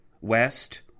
West